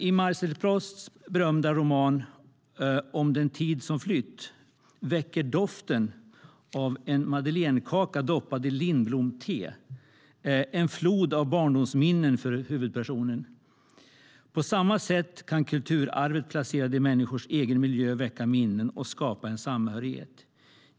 I Marcel Prousts berömda roman På spaning efter den tid som flytt väcker doften av en madeleinekaka doppad i lindblomste en flod av barndomsminnen för huvudpersonen. På samma sätt kan kulturarvet placerat i människors egen miljö väcka minnen och skapa en samhörighet.